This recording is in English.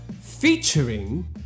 featuring